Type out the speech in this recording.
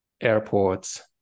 airports